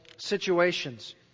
situations